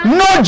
no